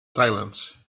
silence